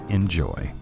Enjoy